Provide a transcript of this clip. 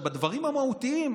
בדברים המהותיים,